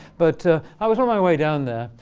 but i was on my way down there.